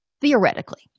theoretically